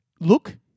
Look